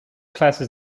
classes